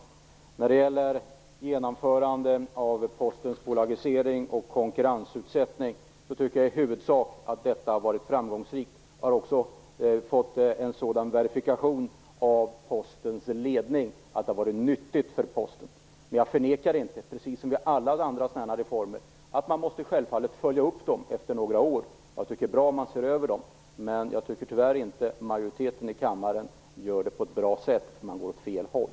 Jag tycker i huvudsak att genomförandet av Postens bolagisering och konkurrensutsättning har varit framgångsrikt. Jag har också fått en verifiering på det av Postens ledning. Det har varit nyttigt för Posten. Men jag förnekar inte att man självfallet måste följa upp detta efter några år, precis som vid alla andra reformer. Jag tycker att det är bra att man ser över dem. Jag tycker tyvärr inte att majoriteten i kammaren gör det på ett bra sätt. Man går åt fel håll.